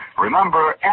remember